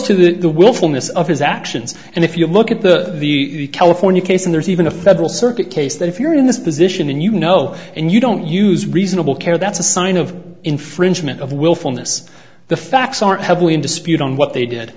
to the willfulness of his actions and if you look at the california case and there's even a federal circuit case that if you're in this position and you know and you don't use reasonable care that's a sign of infringement of willfulness the facts aren't heavily in dispute on what they did